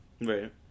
right